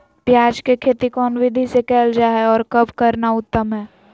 प्याज के खेती कौन विधि से कैल जा है, और कब करना उत्तम है?